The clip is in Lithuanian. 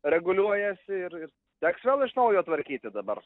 reguliuojasi ir ir teks vėl iš naujo tvarkyti dabar